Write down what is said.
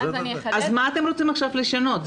אז מה אתם רוצים עכשיו לשנות?